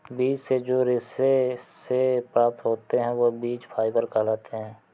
बीज से जो रेशे से प्राप्त होते हैं वह बीज फाइबर कहलाते हैं